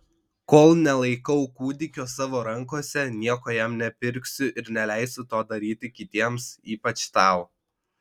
kol nelaikau kūdikio savo rankose nieko jam nepirksiu ir neleisiu to daryti kitiems ypač tau